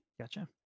Gotcha